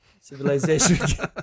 civilization